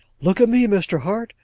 look at me, mr. hart!